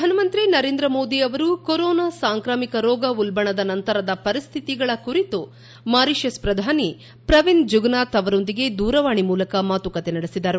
ಪ್ರಧಾನಮಂತ್ರಿ ನರೇಂದ್ರ ಮೋದಿ ಅವರು ಕೊರೊನಾ ಸಾಂಕ್ರಾಮಿಕ ರೋಗ ಉಲ್ಟಣದ ನಂತರದ ಪರಿಸ್ಡಿತಿಗಳ ಕುರಿತು ಮಾರಿಷಸ್ ಪ್ರಧಾನಿ ಪ್ರವಿಂದ್ ಜುಗ್ನಾಥ್ ಅವರೊಂದಿಗೆ ದೂರವಾಣಿ ಮೂಲಕ ಮಾತುಕತೆ ನಡೆಸಿದರು